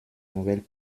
nouvelles